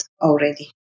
already